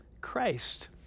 Christ